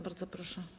Bardzo proszę.